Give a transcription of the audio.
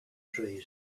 trees